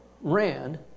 ran